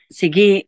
sige